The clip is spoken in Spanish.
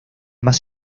más